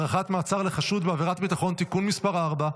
(הארכת מעצר לחשוד בעבירת ביטחון) (תיקון מס' 4),